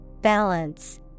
Balance